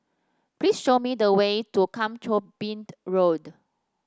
please show me the way to Kang Choo Bind Road